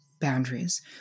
boundaries